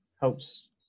helps